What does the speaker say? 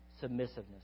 submissiveness